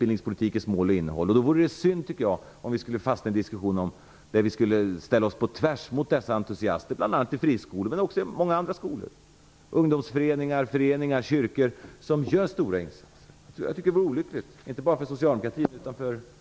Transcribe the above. Därför tycker jag att det vore synd om vi skulle fastna i en diskussion där vi sätter oss på tvären mot dessa entusiaster i friskolor, många andra skolor, ungdomsföreningar, föreningar och kyrkor där man gör stora insatser. Det vore olyckligt, inte bara för socialdemokratin utan också för politiken.